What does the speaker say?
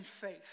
faith